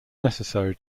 necessary